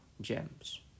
Gems